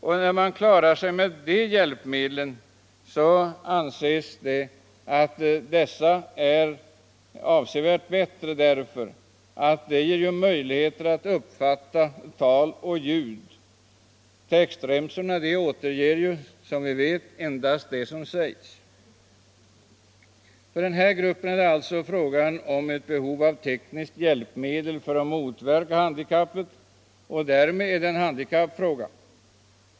Om man klarar sig med de hjälpmedlen är de avsevärt mycket bättre därför att de ger möjlighet att uppfatta både tal och andra ljud; textremsorna återger som vi vet endast det som sägs. För denna grupp är det alltså fråga om behov av tekniskt hjälpmedel för att motverka handikappet och därmed är det en handikappfråga.